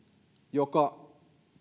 joka